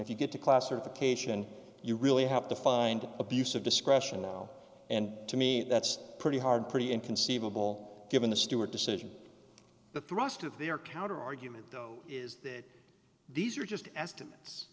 if you get to classification you really have to find abuse of discretion now and to me that's pretty hard pretty inconceivable given the stewart decision the thrust of the your counter argument though is that these are just estimates